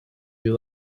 you